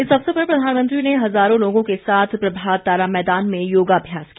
इस अवसर पर प्रधानमंत्री ने हजारों लोगों के साथ प्रभात तारा मैदान में योगाभ्यास किया